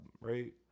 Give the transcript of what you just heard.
right